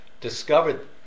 discovered